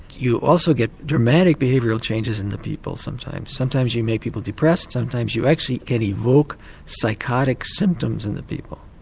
you also get dramatic behavioural changes in the people sometimes. sometimes you make people depressed, sometimes you actually can evoke psychotic symptoms in the people.